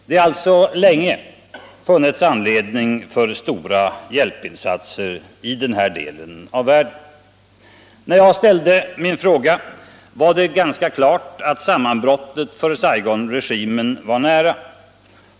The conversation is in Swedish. Det har alltså länge funnits anledning till stora hjälpinsatser i den här delen av världen. När jag ställde min fråga stod det ganska klart att sammanbrottet för Saigonregimen var nära.